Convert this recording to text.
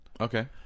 Okay